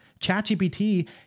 ChatGPT